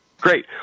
Great